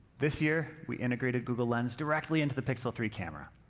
this year, we integrated google lens directly into the pixel three camera.